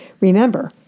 Remember